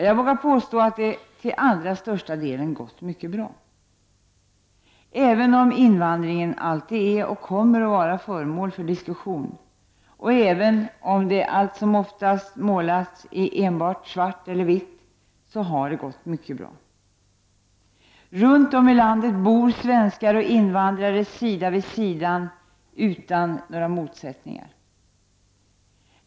Jag vågar påstå att det till allra största delen gått mycket bra. Även om invandringen alltid är och kommer att vara föremål för diskussion och även om det allt som oftast målas i enbart svart eller vitt, så har det gått mycket bra. Runt om i landet bor svenskar och invandrare sida vid sida utan några motsättningar.